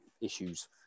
issues